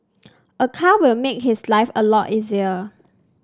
a car will make his life a lot easier